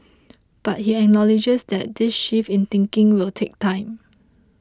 but he acknowledges that this shift in thinking will take time